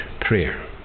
prayer